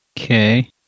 Okay